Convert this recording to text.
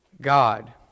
God